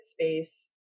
space